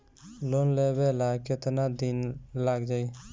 Loan लेबे ला कितना दिन लाग जाई?